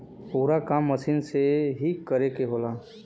पूरा काम मसीन से ही करे के होला